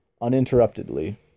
uninterruptedly